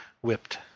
whipped